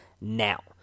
now